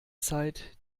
zeit